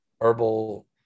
herbal